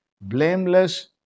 Blameless